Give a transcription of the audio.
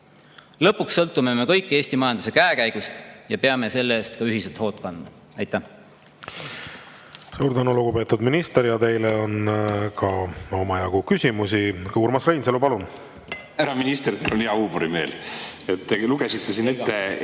Lõpuks sõltume me kõik Eesti majanduse käekäigust ja peame selle eest ka ühiselt hoolt kandma. Aitäh!